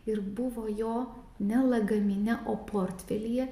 ir buvo jo ne lagamine o portfelyje